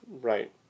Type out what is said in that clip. right